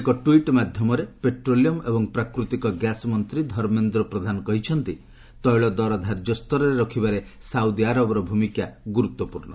ଏକ ଟ୍ୱିଟ୍ ମାଧ୍ୟମରେ ପେଟ୍ରୋଲିୟମ୍ ଏବଂ ପ୍ରାକୃତିକ ଗ୍ୟାସ୍ ମନ୍ତ୍ରୀ ଧର୍ମେନ୍ଦ୍ର ପ୍ରଧାନ କହିଛନ୍ତି ତୈଳ ଦର ଧାର୍ଯ୍ୟ ସ୍ତରରେ ରଖିବାରେ ସାଉଦି ଆରବର ଭୂମିକା ଗୁରୁତ୍ୱପୂର୍ଣ୍ଣ